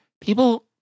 People